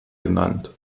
genannt